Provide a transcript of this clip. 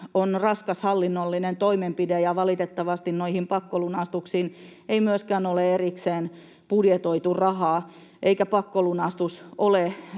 on raskas hallinnollinen toimenpide, ja valitettavasti noihin pakkolunastuksiin ei myöskään ole erikseen budjetoitu rahaa, eikä pakkolunastus ole